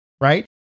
right